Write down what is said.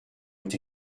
est